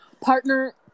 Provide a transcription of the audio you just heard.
Partner